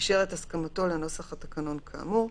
אישר את הסכמתנו לנוסח התקנון כאמור,